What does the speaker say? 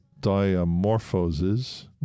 Diamorphoses